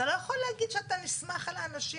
אתה לא יכול להגיד שאתה נסמך על האנשים